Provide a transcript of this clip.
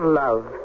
love